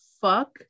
Fuck